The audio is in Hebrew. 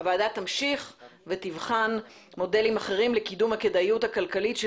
הוועדה תמשיך ותבחן מודלים אחרים לקידום הכדאיות הכלכלית של